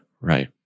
Right